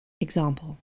Example